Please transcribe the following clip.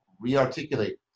re-articulate